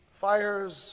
Fires